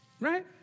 right